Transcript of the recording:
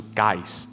guys